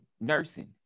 nursing